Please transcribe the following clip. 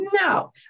no